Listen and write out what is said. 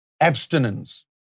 Abstinence